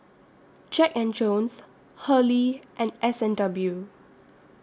Jack and Jones Hurley and S and W